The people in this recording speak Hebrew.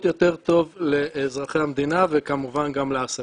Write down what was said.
יותר טוב לאזרחי המדינה וכמובן גם לעסקים.